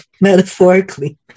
metaphorically